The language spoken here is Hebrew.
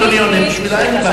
אם אדוני עונה בשבילה, אין בעיה.